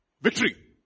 victory